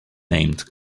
named